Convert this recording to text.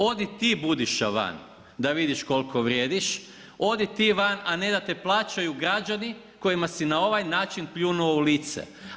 Odi ti Budiša van da vidiš koliko vrijediš, odi ti van, a ne da te plaćaju građani kojima si na ovaj način pljunuo u lice.